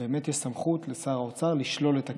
באמת יש סמכות לשר האוצר לשלול את הכסף.